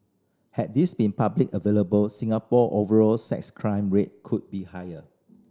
had these been publicly available Singapore overall sex crime rate could be higher